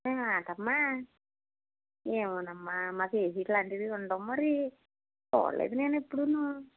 ఏంటమ్మా ఏమోనమ్మా మాకు ఏమీ ఇట్లాంటివి ఉండవు మరి చూడలేదు నేను ఎప్పుడూనూ